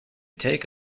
take